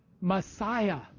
Messiah